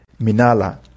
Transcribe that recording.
Minala